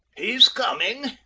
he's coming.